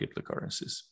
cryptocurrencies